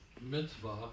mitzvah